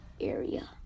area